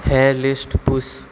हें लिस्ट पूस